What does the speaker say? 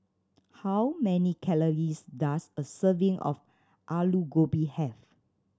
how many calories does a serving of Aloo Gobi have